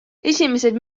esimesed